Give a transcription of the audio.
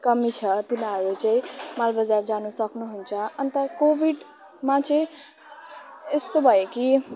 कमी छ तिनीहरू चाहिँ मालबजार जानु सक्नुहुन्छ अन्त कोभिडमा चाहिँ यस्तो भयो कि